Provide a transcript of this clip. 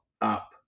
up